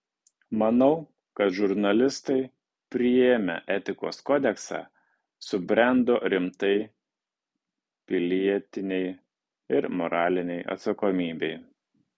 manau kad žurnalistai priėmę etikos kodeksą subrendo rimtai pilietinei ir moralinei atsakomybei